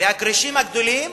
והכרישים הגדולים,